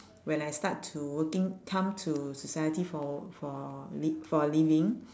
when I start to working come to society for for li~ for living